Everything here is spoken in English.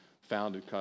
founded